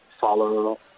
follow